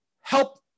help